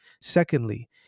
Secondly